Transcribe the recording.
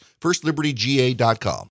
firstlibertyga.com